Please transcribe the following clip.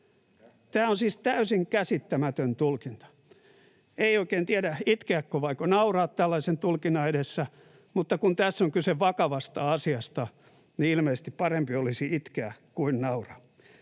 Tämä on siis täysin käsittämätön tulkinta. Ei oikein tiedä, itkeäkö vaiko nauraa tällaisen tulkinnan edessä, mutta kun tässä on kyse vakavasta asiasta, niin ilmeisesti parempi olisi itkeä kuin nauraa.